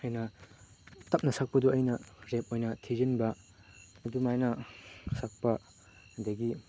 ꯍꯦꯟꯅ ꯇꯞꯅ ꯁꯛꯄꯗꯨ ꯑꯩꯅ ꯔꯦꯞ ꯑꯣꯏꯅ ꯊꯤꯖꯤꯟꯕ ꯑꯗꯨꯃꯥꯏꯅ ꯁꯛꯄ ꯑꯗꯒꯤ